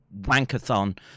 wankathon